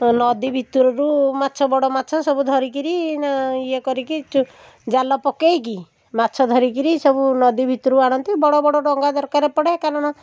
ତ ନଦୀ ଭିତରରୁ ମାଛ ବଡ଼ ମାଛ ସବୁ ଧରିକିରି ନାଁ ଇଏ କରିକି ଚୁ ଜାଲ ପକେଇକି ମାଛ ଧରିକିରି ସବୁ ନଦୀ ଭିତରୁ ଆଣନ୍ତି ସବୁ ବଡ଼ବଡ଼ ଡଙ୍ଗା ଦରକାର ପଡ଼େ କାରଣ